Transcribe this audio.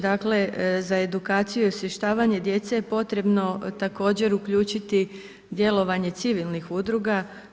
Dakle, za edukaciju i osvještavanje djece je potrebno također uključiti djelovanje civilnih udruga.